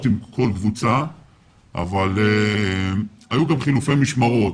עם כל קבוצה אבל היו גם חילופי משמרות.